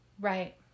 right